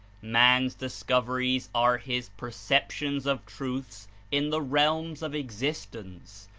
man's discoveries are his perceptions of truths in the realms of existence,